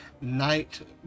night